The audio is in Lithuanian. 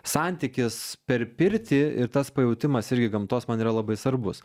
santykis per pirtį ir tas pajautimas irgi gamtos man yra labai svarbus